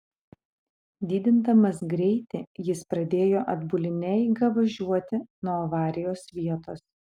didindamas greitį jis pradėjo atbuline eiga važiuoti nuo avarijos vietos